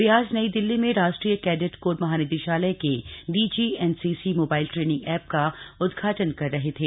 वे ज नई दिल्ली में राष्ट्रीय कैडे कोर महानिदेशालय के डीजीएनसीसी मोबाइल ट्रेनिंग ऐप का उदघा न कर रहे थे